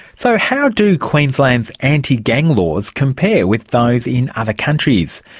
so, how do queensland's anti-gang laws compare with those in other countries?